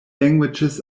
languages